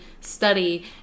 study